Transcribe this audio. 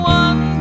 one